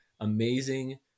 amazing